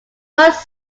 most